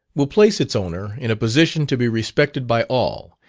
will place its owner in a position to be respected by all,